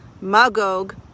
Magog